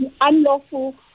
unlawful